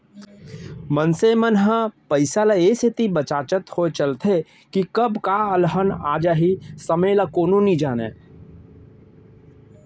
मनसे मन ह पइसा ल ए सेती बचाचत होय चलथे के कब का अलहन आ जाही समे ल कोनो नइ जानयँ